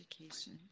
education